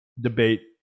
debate